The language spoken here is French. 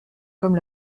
comme